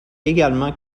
également